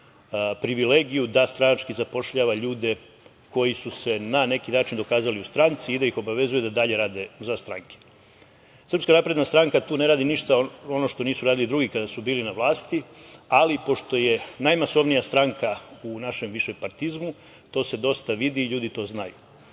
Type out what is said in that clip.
privilegiju da stranački zapošljava ljude koji su se na neki način dokazali u stranci i da ih obavezuje da dalje rade za stranke. Srpska napredna stranka tu ne radi ništa ono što nisu radili drugi kada su bili na vlasti, ali pošto je najmasovnija stranka u našem višepartizmu to se dosta vidi, ljudi to znaju.